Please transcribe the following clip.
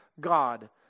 God